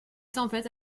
tempêtes